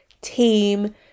team